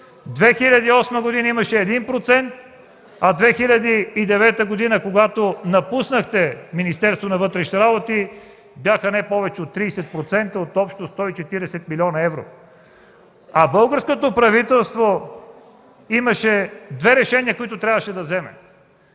2008 г. имаше 1%, а 2009 г., когато напуснахте Министерството на вътрешните работи, бяха не повече от 30% от общо 140 млн. евро. Българското правителство имаше две решения, които трябваше да вземе